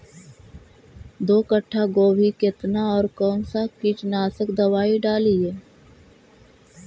दो कट्ठा गोभी केतना और कौन सा कीटनाशक दवाई डालिए?